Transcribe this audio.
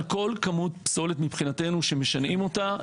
על כל כמות פסולת מבחינתנו שמשנעים אותה.